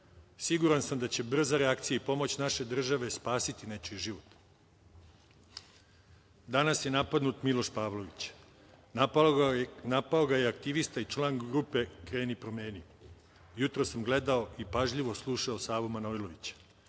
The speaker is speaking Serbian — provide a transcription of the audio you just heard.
Siguran sam da će brza reakcija i pomoć naše države spasiti nečiji život. Danas je napadnut Miloš Pavlović. Napao ga je aktivista i član grupe Kreni – promeni. Jutros sam gledao i pažljivo slušao Savu Manojlovića.